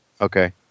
Okay